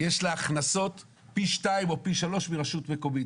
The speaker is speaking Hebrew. יש הכנסות פי שניים או פי שלושה מרשות מקומית.